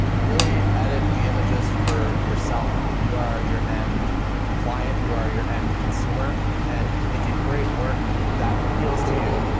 really edit the images for yourself that you are your end client, you are your end consumer and if you create work that appeals to you,